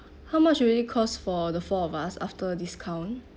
how much will i cost for the four of us after discount